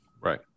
Right